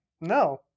no